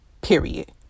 period